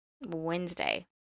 Wednesday